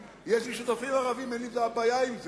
יש לי שותפים ערבים, אין לי בעיה עם זה,